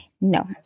No